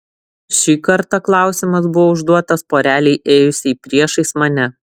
ši kartą klausimas buvo užduotas porelei ėjusiai priešais mane